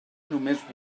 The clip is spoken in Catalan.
només